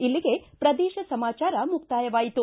ಇಲ್ಲಿಗೆ ಪ್ರದೇಶ ಸಮಾಚಾರ ಮುಕ್ತಾಯವಾಯಿತು